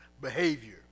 behavior